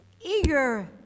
eager